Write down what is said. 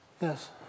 Yes